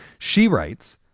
she writes,